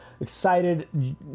excited